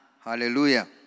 Hallelujah